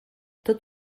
tot